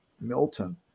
Milton